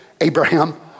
Abraham